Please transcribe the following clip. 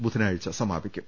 ബുധനാഴ്ചാസമാപിക്കും